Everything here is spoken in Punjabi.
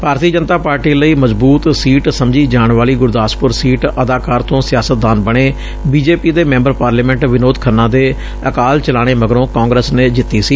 ਭਾਰਤੀ ਜਨਤਾ ਪਾਰਟੀ ਲਈ ਮਜ਼ਬੂਤ ਸੀਟ ਸਮਝੀ ਜਾਣ ਵਾਲੀ ਗੁਰਦਾਸਪੁਰ ਸੀਟ ਅਦਾਕਾਰ ਤੋਂ ਸਿਆਸਤਦਾਨ ਬਣੇ ਬੀ ਜੇ ਪੀ ਦੇ ਮੈਬਰ ਪਾਰਲੀਮੈਂਟ ਵਿਨੋਦ ਖੰਨਾ ਦੇ ਅਕਾਲ ਚਲਾਣੇ ਮਗਰੋ ਕਾਂਗਰਸ ਨੇ ਜਿਤੀ ਸੀ